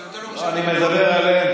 אני מדבר עליהם.